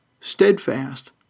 steadfast